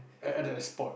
at at the spot